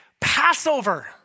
Passover